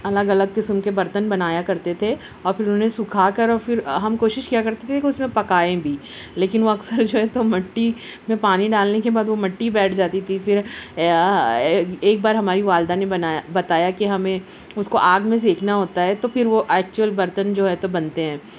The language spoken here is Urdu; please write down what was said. الگ الگ قسم کے برتن بنایا کرتے تھے اور پھر انہیں سکھا کراور پھر ہم کوشش کیا کرتے تھے کہ اس میں پکایئں بھی لیکن وہ اکثر جو ہے تو مٹی میں پانی ڈالنے کے بعد وہ مٹی بیٹھ جاتی تھی پھر ایک بار ہماری والدہ نے بنایا بتایا کہ ہمیں اس کو آگ میں سیکنا ہوتا ہے تو پھر وہ ایکچویل برتن جو ہے تو بنتے ہیں